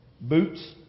Boots